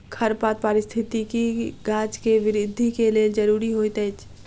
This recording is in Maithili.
खरपात पारिस्थितिकी गाछ के वृद्धि के लेल ज़रूरी होइत अछि